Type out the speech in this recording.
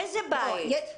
איזה בית?